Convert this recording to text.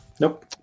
Nope